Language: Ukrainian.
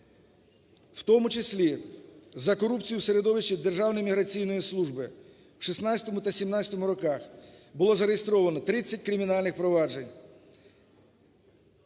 в тому числі за корупцію в середовищі Державно-міграційної служби в 2016 та 2017 роках було зареєстровано 30 кримінальних проваджень,